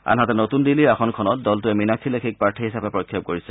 আনহাতে নতুন দিল্লীৰ আসনখনত দলটোৱে মীনাক্ষি লেখিক প্ৰাৰ্থী হিচাপে প্ৰক্ষেপ কৰিছে